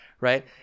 right